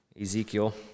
Ezekiel